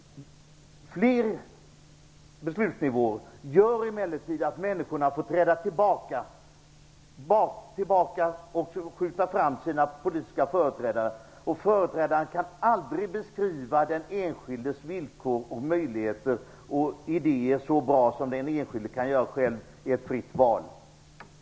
Fler beslutsnivåer gör emellertid att människorna får träda tillbaka och skjuta fram sina politiska företrädare, och företrädaren kan aldrig beskriva den enskildes villkor, möjligheter och idéer så bra som den enskilde kan göra själv i ett fritt val.